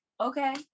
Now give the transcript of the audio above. Okay